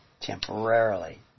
temporarily